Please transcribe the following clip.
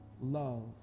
love